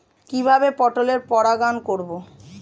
কিভাবে পটলের পরাগায়ন করব?